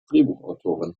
drehbuchautorin